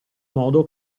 modo